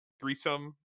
threesome